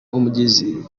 umugezi